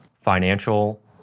financial